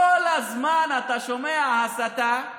כל הזמן אתה שומע הסתה,